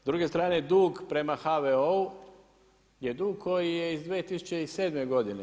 S druge strane dug prema HVO-u je dug koji je iz 2007. godine.